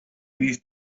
these